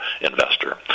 investor